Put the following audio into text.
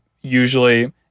usually